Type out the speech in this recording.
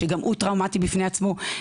שגם הוא טראומטי בפני עצמו,